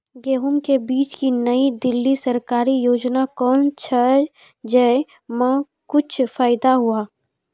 गेहूँ के बीज की नई दिल्ली सरकारी योजना कोन छ जय मां कुछ फायदा हुआ?